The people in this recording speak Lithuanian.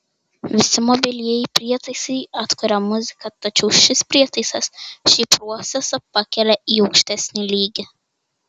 visi mobilieji prietaisai atkuria muziką tačiau šis prietaisas šį procesą pakelia į aukštesnį lygį